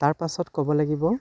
তাৰপাছত ক'ব লাগিব